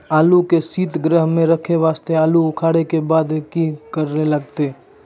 आलू के सीतगृह मे रखे वास्ते आलू उखारे के बाद की करे लगतै?